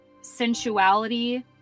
sensuality